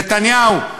נתניהו,